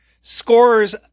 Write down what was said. scores